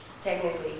technically